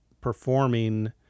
performing